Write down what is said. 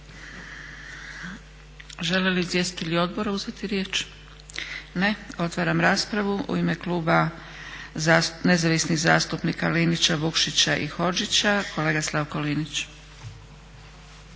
Žele li izvjestitelji odbora uzeti riječ? Ne. Otvaram raspravu. U ime Kluba nezavisnih zastupnika Linića, Vukšića i Hodžića kolega Slavko Linić.